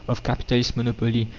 of capitalist monopoly.